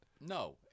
No